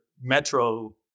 metro